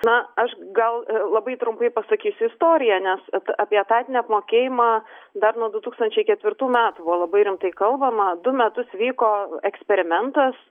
na aš gal labai trumpai pasakysiu istoriją nes apie etatinį apmokėjimą dar nuo du tūkstančiai ketvirtų metų buvo labai rimtai kalbama du metus vyko eksperimentas